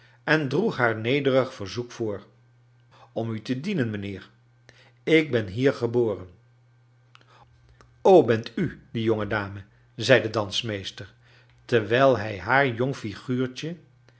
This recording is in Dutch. en droeg haar nederig verzoek voor om u te dienen mijnheer ik ben hier geborcn oi bent u die jonge dame zei de dansmeester terwijl hrj haar jong frguurtjc